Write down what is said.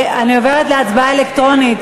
אני עוברת להצבעה אלקטרונית,